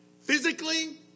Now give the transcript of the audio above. Physically